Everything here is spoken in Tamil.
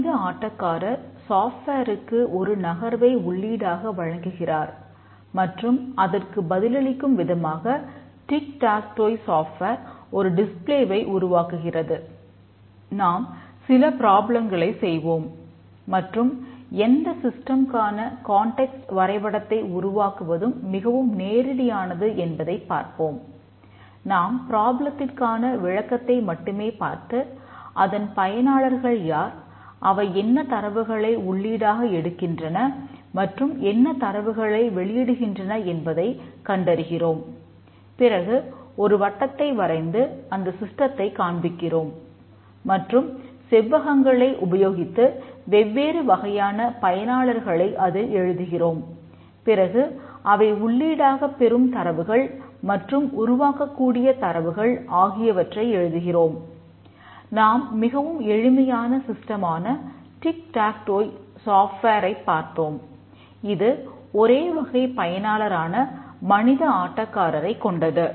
மனித ஆட்டக்காரர் சாஃப்ட்வேருக்கு பார்த்தோம் இது ஒரே வகை பயனாளரான மனித ஆட்டக்காரரைக் கொண்டது